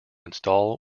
install